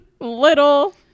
Little